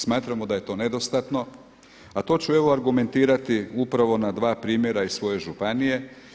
Smatramo da je to nedostatno a to ću evo argumentirati upravo na dva primjera iz svoje županije.